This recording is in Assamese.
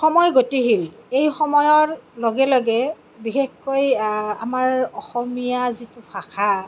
সময় গতিশীল এই সময়ৰ লগে লগে বিশেষকৈ আমাৰ অসমীয়া জাতিৰ যিটো ভাষা